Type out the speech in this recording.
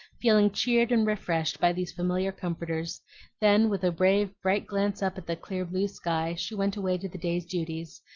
feeling cheered and refreshed by these familiar comforters then with a brave, bright glance up at the clear blue sky she went away to the day's duties,